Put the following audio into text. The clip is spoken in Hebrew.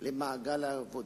למעגל העבודה,